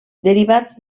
derivats